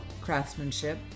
craftsmanship